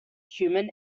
human